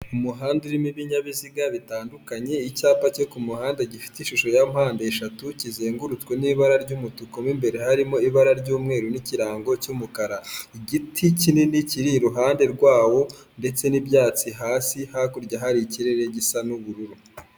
Umuhanda urimo ibinyabiziga bitandukanye, icyapa cye ku muhanda gifite ishusho ya mpande eshatu, kizengurutswe n'ibara ry'umutuku mo imbere harimo ibara ry'umweru n'ikirango cy'umukara. Igiti kinini kiri iruhande rwawo ndetse n'ibyatsi hasi hakurya hari ikirere gisa n'ubururu.